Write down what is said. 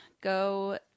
go